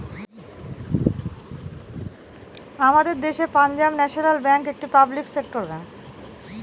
আমাদের দেশের Punjab national bank একটি পাবলিক সেক্টর ব্যাঙ্ক